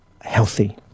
healthy